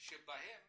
שבהן